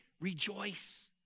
rejoice